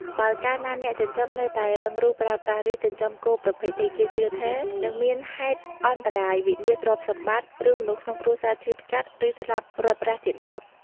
បើកាលណាអ្នកចិញ្ចឹមនៅតែរឹងរូសប្រើប្រាស់ ឬចិញ្ចឹមគោប្រភេទនេះ គេជឿថា នឹងមានហេតុអន្តរាយ វិនាសទ្រព្យសម្បត្តិ ឬមនុស្សក្នុងគ្រួសារឈឺថ្កាត់ ឬស្លាប់ព្រាត់ប្រាសជាដើម។